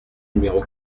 numéro